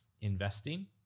investing